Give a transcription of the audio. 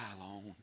alone